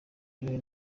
iyo